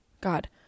God